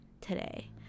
today